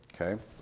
Okay